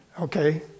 okay